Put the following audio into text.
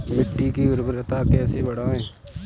मिट्टी की उर्वरता कैसे बढ़ाएँ?